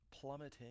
plummeting